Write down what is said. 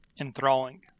Enthralling